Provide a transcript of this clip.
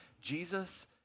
Jesus